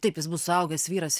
taip jis bus suaugęs vyras